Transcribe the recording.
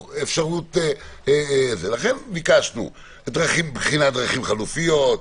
לכן ביקשנו בחינת דרכים חלופיות,